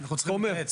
אנחנו צריכים להתייעץ.